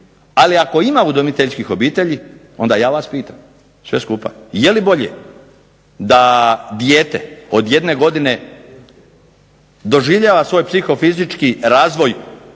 Ali ako ima udomiteljskih obitelji onda ja vas pitam sve skupa, jeli bolje da dijete od 1 godine doživljava svoj psihofizički razvoj